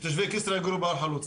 שתושבי כסרא יגורו בהר חלוץ,